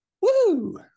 Woo